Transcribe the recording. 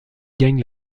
gagne